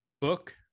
Book